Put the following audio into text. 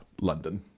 London